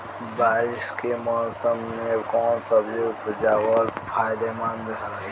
बारिश के मौषम मे कौन सब्जी उपजावल फायदेमंद रही?